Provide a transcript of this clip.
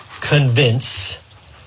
convince